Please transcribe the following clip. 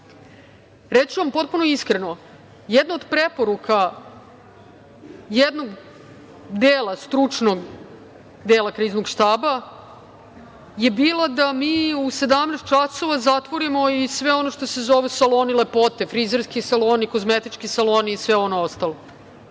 ću vam potpuno iskreno jedno od preporuka jednog dela stručnog dela Kriznog štaba je bilo da mi u 17.00 časova zatvorimo i sve ono što se zove saloni lepote, frizerski saloni, kozmetički saloni i sve ono ostalo.